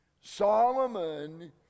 Solomon